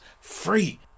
free